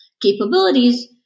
capabilities